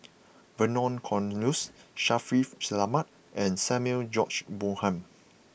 Vernon Cornelius Shaffiq Selamat and Samuel George Bonham